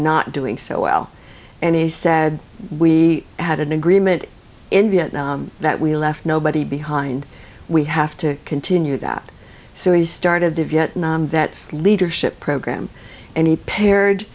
not doing so well and he said we had an agreement in vietnam that we left nobody behind we have to continue that series started the vietnam vets leadership program and he paired